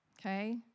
Okay